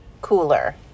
cooler